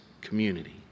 community